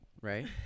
Right